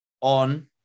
on